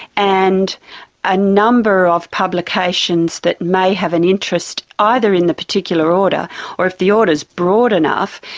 and a number of publications that may have an interest either in the particular order or, if the order is broad enough,